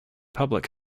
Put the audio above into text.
public